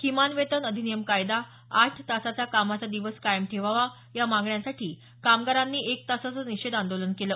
किमान वेतन अधिनियम कायदा आठ तासाचा कामाचा दिवस कायम ठेवावा या मागण्यांसाठी कामगारांनी एक तासाचं निषेध आंदोलन केलं